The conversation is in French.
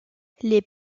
les